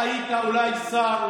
אתה היית אולי שר,